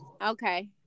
Okay